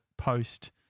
post